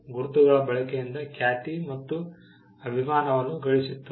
ಗುರುತುಗಳ ಬಳಕೆಯಿಂದ ಖ್ಯಾತಿ ಮತ್ತು ಅಭಿಮಾನವನ್ನು ಗಳಿಸಿತು